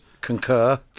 concur